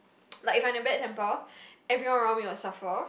like if I'm in a bad temper everyone around me will suffer